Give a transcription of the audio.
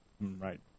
Right